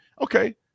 Okay